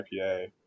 IPA